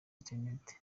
internet